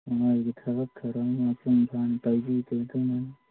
ꯃꯣꯏꯒꯤ ꯊꯕꯛ ꯊꯧꯔꯝ ꯃꯄꯨꯡ ꯐꯥꯅ ꯇꯧꯕꯤꯗꯦ ꯑꯗꯨꯅꯅꯤ